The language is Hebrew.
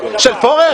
של פורר?